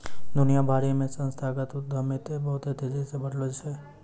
दुनिया भरि मे संस्थागत उद्यमिता बहुते तेजी से बढ़लो छै